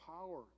power